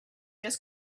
just